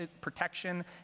protection